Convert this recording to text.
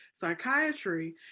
psychiatry